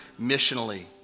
missionally